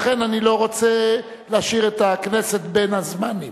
לכן אני לא רוצה להשאיר את הכנסת בין הזמנים,